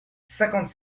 cinquante